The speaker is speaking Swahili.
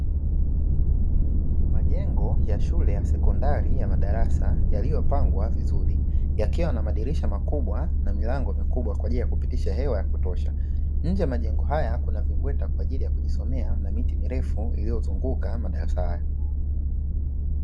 Majengo ya shule ya sekondari ya madarasa yaliyopangwa vizuri yakiwa na madirisha makubwa na milango mikubwa kwa ajili ya kupitisha hewa ya kutosha, nje ya majengo haya kuna vimbweta kwa ajili ya kujisomea na miti mirefu iliyozunguka madarasa hayo.